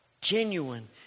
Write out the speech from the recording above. genuine